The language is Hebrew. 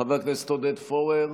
חבר הכנסת עודד פורר,